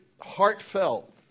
heartfelt